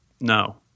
No